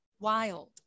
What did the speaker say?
wild